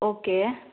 okay